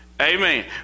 Amen